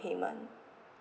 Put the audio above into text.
payment